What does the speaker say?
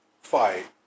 fight